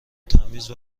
تمیز